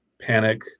panic